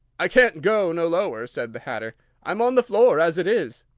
i can't go no lower, said the hatter i'm on the floor, as it is.